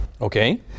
okay